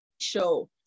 show